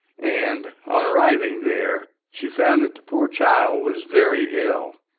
and, on arriving there, she found that the poor child was very ill.